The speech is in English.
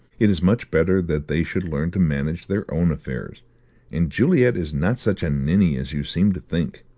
it is much better that they should learn to manage their own affairs and juliet is not such a ninny as you seem to think.